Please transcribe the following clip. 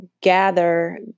gather